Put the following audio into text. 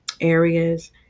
areas